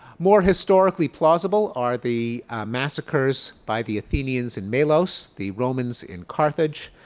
more historically plausible are the massacres by the athenians in milos, the romans in carthage,